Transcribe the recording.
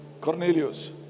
Cornelius